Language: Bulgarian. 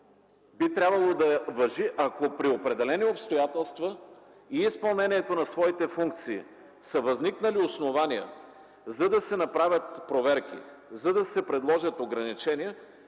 би трябвало да важи, ако при определени обстоятелства и при изпълнението на своите функции са възникнали основания, за да се направят проверки и предложат ограничения.